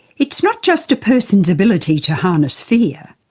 it's not just a person's ability to harness fear,